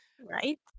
Right